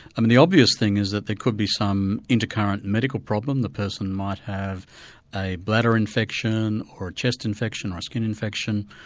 i mean the obvious thing is that there could be some inter-current medical problem the person might have a bladder infection, or a chest infection, or a skin infection,